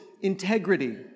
integrity